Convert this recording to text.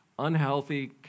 unhealthy